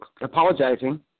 apologizing